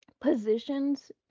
positions